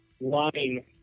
line